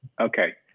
Okay